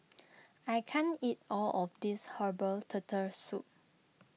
I can't eat all of this Herbal Turtle Soup